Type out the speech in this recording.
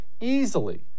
easily